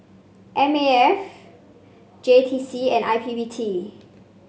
M A F J T C and I P P T